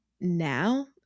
now